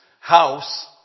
house